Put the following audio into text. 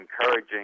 encouraging